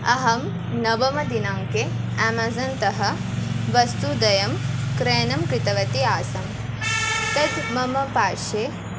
अहं नवमदिनाङ्के एमज़न् तः वस्तुद्वयं क्रयणं कृतवती आसं तद् मम पार्श्वे